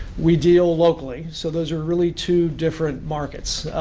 we deal locally. so those are really two different markets.